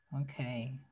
Okay